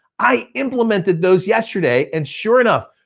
i implemented those yesterday and sure enough,